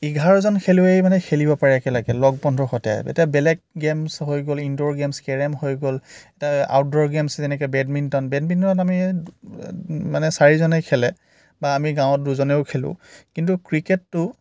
এঘাৰজন খেলুৱৈয়ে মানে খেলিব পাৰে একেলগে লগ বন্ধুৰ স'তে এতিয়া বেলেগ গেমছ হৈ গ'ল ইনড'ৰ গেমছ কেৰেম হৈ গ'ল আউটড'ৰ গেমছ যেনেকৈ বেডমিন্টন বেডমিন্টন আমি মানে চাৰিজনেই খেলে বা আমি গাৱঁত দুজনেও খেলোঁ কিন্তু ক্ৰিকেটটো